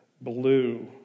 blue